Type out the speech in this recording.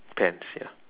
pants ya